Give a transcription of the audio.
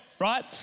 right